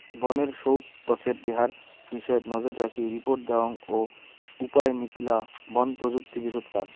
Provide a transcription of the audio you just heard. বনের সউগ্ গছের দেহার বিষয়ত নজররাখি রিপোর্ট দ্যাওয়াং ও উপায় নিকলা বন প্রযুক্তিবিদত কাজ